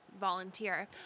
volunteer